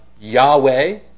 Yahweh